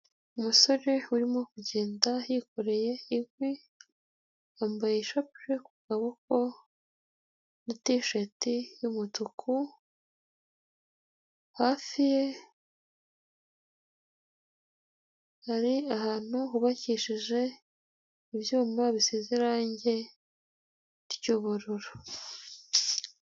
Umusore urimo kugenda yikoreye inkwi, yambaye ishapule ku kaboko na tisheti y'umutuku, hafi ye hari ahantu hubakishije ibyuma bisize irangi ry'ubururu.